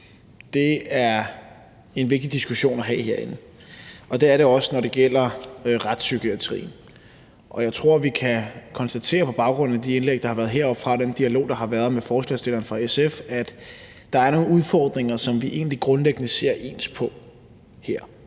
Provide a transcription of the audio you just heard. er en vigtig diskussion at have herinde, og det er det også, når det gælder retspsykiatrien. Og jeg tror, at vi på baggrund af de indlæg, der har været heroppefra, den dialog, der har været med forslagsstilleren fra SF, kan konstatere, at der er nogle udfordringer, som vi egentlig grundlæggende ser ens på her.